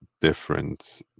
different